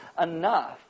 enough